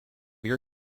your